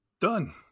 done